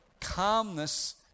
calmness